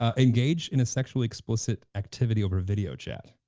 ah engage in a sexually explicit activity over video chat.